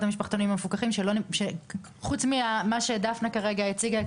המשפחתונים המפוקחים שחוץ ממה שדפנה כרגע הציגה,